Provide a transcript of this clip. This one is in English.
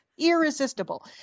irresistible